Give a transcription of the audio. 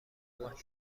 ماه